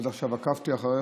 עד עכשיו עקבתי אחריך,